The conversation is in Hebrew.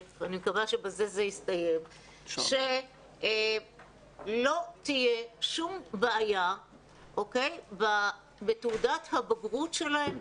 אני מקווה שבזה זה יסתיים שלא תהיה שום בעיה בתעודת הבגרות שלהם,